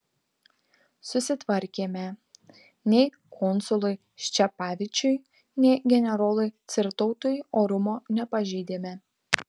susitvarkėme nei konsului ščepavičiui nei generolui cirtautui orumo nepažeidėme